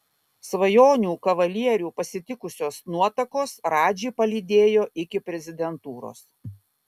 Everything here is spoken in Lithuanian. svajonių kavalierių pasitikusios nuotakos radžį palydėjo iki prezidentūros